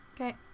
okay